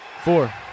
Four